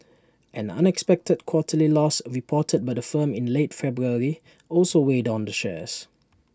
an unexpected quarterly loss reported by the firm in late February also weighed on the shares